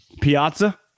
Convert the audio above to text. Piazza